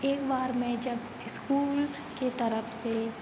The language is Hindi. एक बार मैं जब स्कूल की तरफ से